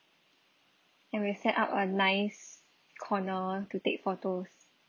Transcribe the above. and we set up a nice corner to take photos